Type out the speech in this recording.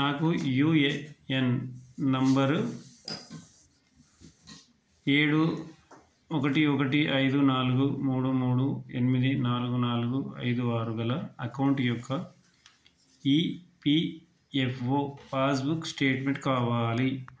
నాకు UAN number ఏడు ఒకటి ఒకటి ఐదు నాలుగు మూడు మూడు ఎనిమిది నాలుగు నాలుగు ఐదు ఆరు గల అకౌంట్ యొక్క ఈపిఎఫ్ఓ పాస్బుక్ స్టేట్మెంట్ కావాలి